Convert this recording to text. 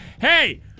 Hey